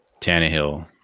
Tannehill